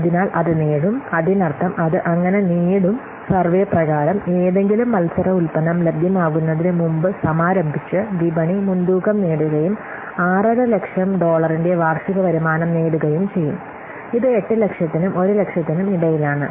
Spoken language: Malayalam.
അതിനാൽ അത് നേടും അതിനർത്ഥം അത് അങ്ങനെ നേടും സർവേ പ്രകാരം ഏതെങ്കിലും മത്സര ഉൽപ്പന്നം ലഭ്യമാകുന്നതിനുമുമ്പ് സമാരംഭിച്ച് വിപണി മുൻതൂക്കം നേടുകയും 650000 ഡോളറിന്റെ വാർഷിക വരുമാനം നേടുകയും ചെയ്യും ഇത് 800000 നും 100000 നും ഇടയിലാണ്